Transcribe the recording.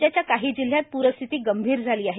राज्याच्या काही जिल्ह्यात प्रस्थिती गंभीर झाली आहे